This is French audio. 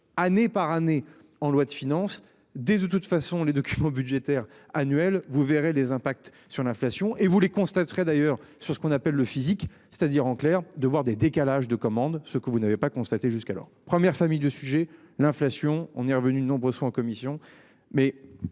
année par année en loi de finances des de toute façon les documents budgétaires annuelles, vous verrez les impacts sur l'inflation et vous constaterait d'ailleurs sur ce qu'on appelle le physique, c'est-à-dire en clair, de voir des décalages de commande. Ce que vous n'avez pas constaté jusqu'alors première familles de sujet l'inflation on est revenu de nombreux soins en commission. Mais